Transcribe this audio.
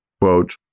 quote